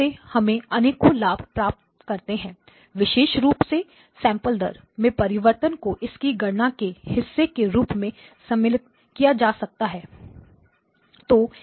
और इससे हम अनेकों लाभ प्राप्त करते हैं विशेष रूप से सैंपलिंग दर में परिवर्तन को इसकी गणना के हिस्से के रूप में सम्मिलित किया जा सकता है